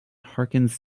harkins